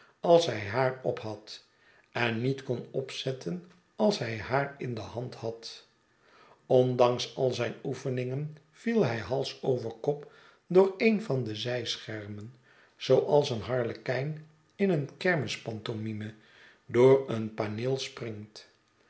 als hij haar op had en niet kon opzetten als hij haar in de hand had ondanks al zijn oefeningen viel hij halsoverkop door een van de zijschermen zooals een harlekein in een kerstmispantomime door een paneel springt